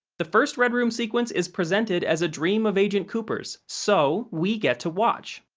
the first red room sequence is presented as a dream of agent cooper's, so we get to watch.